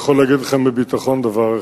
אני יכול להגיד לכם בביטחון דבר אחד: